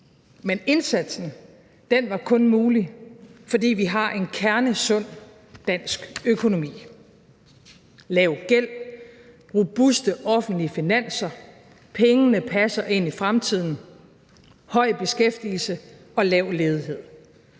men indsatsen var kun mulig, fordi vi har en kernesund dansk økonomi – lav gæld, robuste offentlige finanser, pengene passer ind i fremtiden, høj beskæftigelse og lav ledighed.